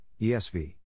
ESV